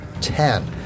Ten